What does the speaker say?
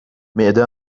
معده